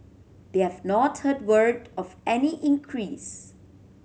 they have not heard word of any increase